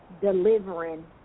delivering